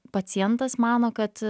pacientas mano kad